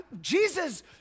Jesus